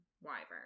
Wyvern